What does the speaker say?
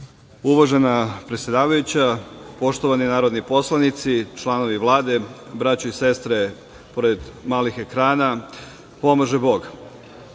predsedavajuća, poštovani narodni poslanici, članovi Vlade, braćo i sestre pored malih ekrana, pomaže Bog. Mi